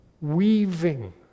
weaving